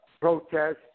protests